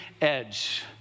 edge